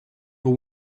for